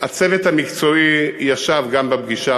הצוות המקצועי ישב גם הוא בפגישה,